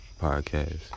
podcast